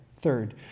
Third